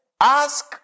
Ask